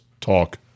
talk